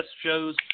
shows